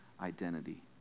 identity